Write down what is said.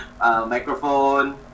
microphone